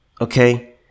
Okay